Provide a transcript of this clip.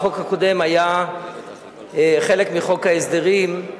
החוק הקודם היה חלק מחוק ההסדרים,